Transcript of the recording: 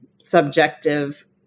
subjective